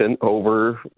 over